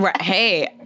hey